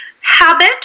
habit